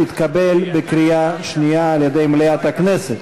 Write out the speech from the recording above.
התקבל בקריאה שנייה על-ידי מליאת הכנסת.